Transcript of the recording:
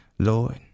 Lord